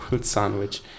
sandwich